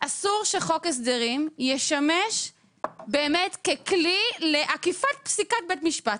אסור שחוק הסדרים ישמש באמת ככלי לעקיפת פסיקת בית משפט.